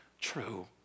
true